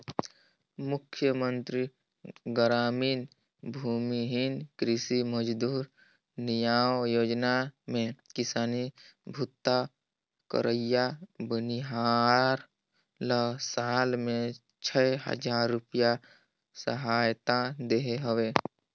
मुख्यमंतरी गरामीन भूमिहीन कृषि मजदूर नियाव योजना में किसानी बूता करइया बनिहार ल साल में छै हजार रूपिया सहायता देहे हवे